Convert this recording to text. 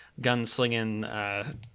gunslinging